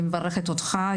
אני מברכת אותך,